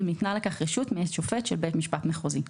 אם ניתנה לכך רשות מאת שופט של בית משפט מחוזי.